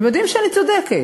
הם יודעים שאני צודקת.